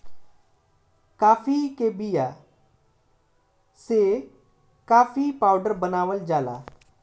काफी के बिया से काफी पाउडर बनावल जाला